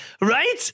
Right